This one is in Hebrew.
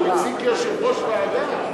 הוא מציג כיושב-ראש ועדה.